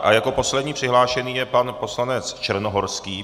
A jako poslední přihlášený je pan poslanec Černohorský.